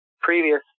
previous